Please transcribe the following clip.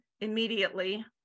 immediately